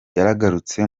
yagarutse